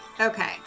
Okay